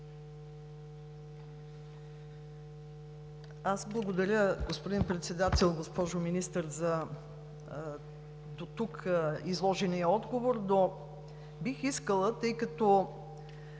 Благодаря, господин Председател, госпожо Министър, за дотук изложения отговор. Но бих искала, тъй като